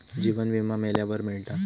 जीवन विमा मेल्यावर मिळता